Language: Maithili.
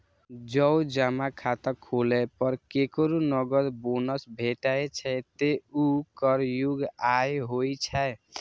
जौं जमा खाता खोलै पर केकरो नकद बोनस भेटै छै, ते ऊ कर योग्य आय होइ छै